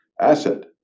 asset